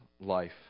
life